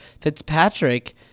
Fitzpatrick